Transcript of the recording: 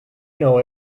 know